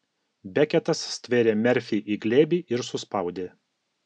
beketas stvėrė merfį į glėbį ir suspaudė